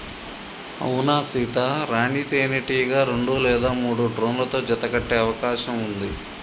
అవునా సీత, రాణీ తేనెటీగ రెండు లేదా మూడు డ్రోన్లతో జత కట్టె అవకాశం ఉంది